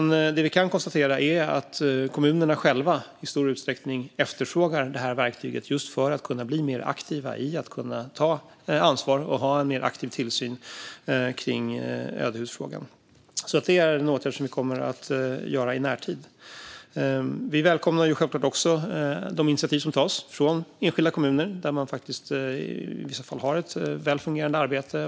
Det vi kan konstatera är att kommunerna själva i stor utsträckning efterfrågar detta verktyg för att kunna bli mer aktiva i att ta ansvar och ha en mer aktiv tillsyn över ödehus. Det är därför en åtgärd vi kommer att vidta i närtid. Vi välkomnar givetvis också de initiativ som tas i de enskilda kommuner som är aktiva och har ett väl fungerande arbete.